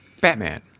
Batman